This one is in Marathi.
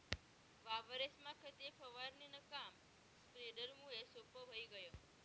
वावरेस्मा खते फवारणीनं काम स्प्रेडरमुये सोप्पं व्हयी गय